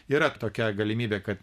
yra tokia galimybė kad